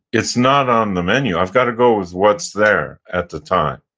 it's not on the menu. i've gotta go with what's there at the time.